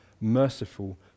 merciful